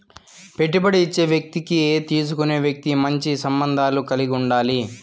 పెట్టుబడి ఇచ్చే వ్యక్తికి తీసుకునే వ్యక్తి మంచి సంబంధాలు కలిగి ఉండాలి